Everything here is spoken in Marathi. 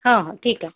हं हं ठीक आहे